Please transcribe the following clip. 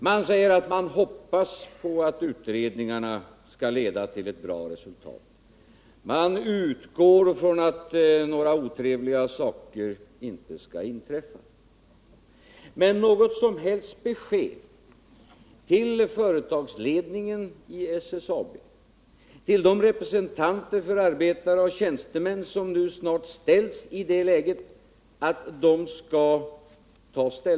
Man säger att man hoppas på att utredningarna skall leda till ett bra resultat. Man utgår ifrån att några otrevliga saker inte skall inträffa. Men något som helst besked till företagsledningen i SSAB, till de representanter för arbetare och tjänstemän som nu snart skall ta ställning, ger man inte.